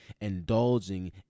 indulging